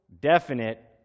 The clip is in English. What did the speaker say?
definite